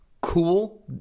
Cool